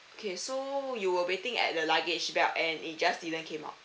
okay so you were waiting at the luggage belt and it just didn't came out